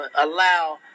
allow